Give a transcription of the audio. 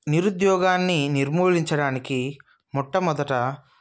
నిరుద్యోగాన్ని నిర్మూలించడానికి మొట్టమొదట